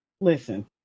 Listen